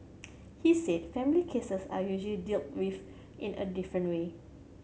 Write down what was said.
he said family cases are usually dealt with in a different way